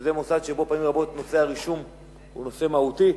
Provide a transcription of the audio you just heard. שזה מוסד שפעמים רבות נושא הרישום אליו הוא נושא מהותי,